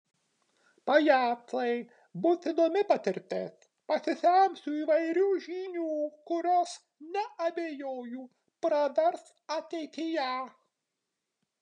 pajacai bus įdomi patirtis pasisemsiu įvairių žinių kurios neabejoju pravers ateityje